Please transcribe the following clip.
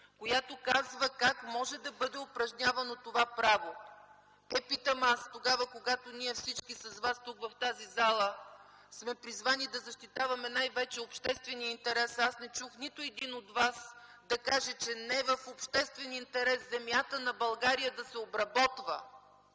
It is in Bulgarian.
която казва как може да бъде упражнявано това право. Е, питам аз: тогава, когато ние всички с вас тук, в тази зала, сме призвани да защитаваме най-вече обществения интерес, аз не чух нито един от вас да каже, че не в обществен интерес земята на България да се обработва,